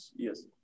Yes